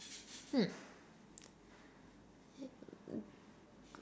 hmm